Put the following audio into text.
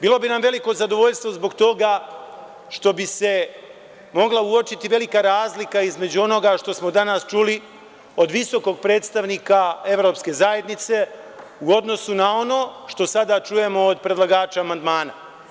Bilo bi nam veliko zadovoljstvo zbog toga što bi se mogla uočiti velika razlika između onoga što smo danas čuli od visokog predstavnika Evropske zajednice u odnosu na ono što sada čujemo od predlagača amandmana.